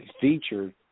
featured